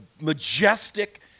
majestic